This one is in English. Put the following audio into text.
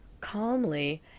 calmly